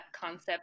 concept